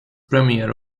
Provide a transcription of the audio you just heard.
premier